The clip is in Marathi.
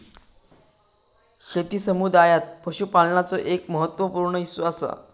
शेती समुदायात पशुपालनाचो एक महत्त्व पूर्ण हिस्सो असा